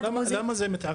למה זה מתעכב?